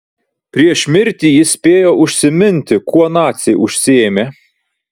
prieš mirtį jis spėjo užsiminti kuo naciai užsiėmė